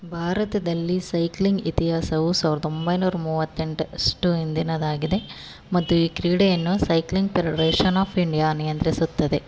ಭಾರತದಲ್ಲಿ ಸೈಕ್ಲಿಂಗ್ ಇತಿಹಾಸವು ಸಾವಿರ್ದ ಒಂಬೈನೂರ ಮೂವತ್ತೆಂಟರಷ್ಟು ಹಿಂದಿನದ್ದಾಗಿದೆ ಮತ್ತು ಈ ಕ್ರೀಡೆಯನ್ನು ಸೈಕ್ಲಿಂಗ್ ಫೆಡರೇಶನ್ ಆಫ್ ಇಂಡಿಯಾ ನಿಯಂತ್ರಿಸುತ್ತದೆ